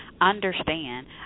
understand